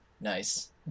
Nice